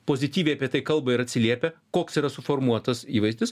pozityviai apie tai kalba ir atsiliepia koks yra suformuotas įvaizdis